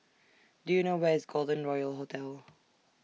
Do YOU know Where IS Golden Royal Hotel